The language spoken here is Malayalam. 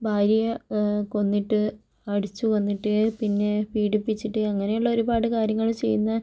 ഭാര്യയെ കൊന്നിട്ട് അടിച്ച് കൊന്നിട്ട് പിന്നെ പീഡിപ്പിച്ചിട്ട് അങ്ങനെയുള്ള ഒരുപാട് കാര്യങ്ങൾ ചെയ്യുന്ന